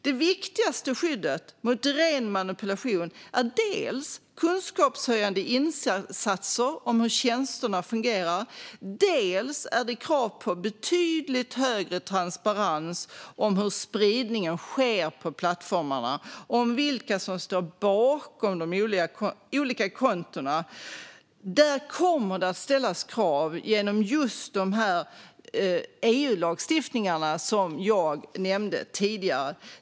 Det viktigaste skyddet mot ren manipulation är dels kunskapshöjande insatser om hur tjänsterna fungerar, dels krav på betydligt högre transparens när det gäller hur spridningen sker på plattformarna och vilka som står bakom de olika kontona. Där kommer det att ställas krav genom just de EU-lagstiftningar som jag nämnde tidigare.